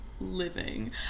living